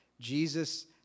Jesus